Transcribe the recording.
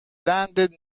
landed